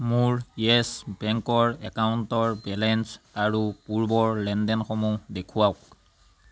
মোৰ য়েছ বেংকৰ একাউণ্টৰ বেলেঞ্চ আৰু পূৰ্বৰ লেনদেনসমূহ দেখুৱাওক